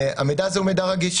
המידע הזה הוא מידע רגיש,